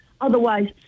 Otherwise